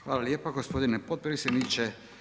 Hvala lijepa gospodine potpredsjedniče.